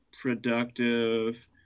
productive